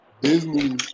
Disney